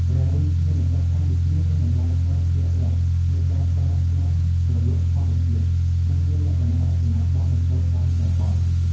ព្រះរាជាណាចក្រកម្ពុជា មានដំណើរការជាក់លាក់នៃការប្រើថ្នាំជ្រលក់ធម្មជាតិ និងមានលក្ខណៈរចនាបថនៃសូត្រតាមតំបន់។